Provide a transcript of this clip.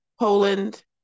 Poland